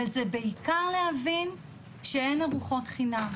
וזה בעיקר להבין שאין חינם,